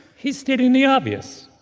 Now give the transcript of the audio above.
he's stating the obvious.